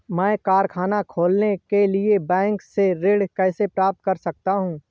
मैं कारखाना खोलने के लिए बैंक से ऋण कैसे प्राप्त कर सकता हूँ?